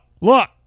look